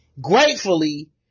Gratefully